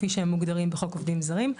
כפי שהם מוגדרים בחוק עובדים זרים.